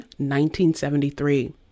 1973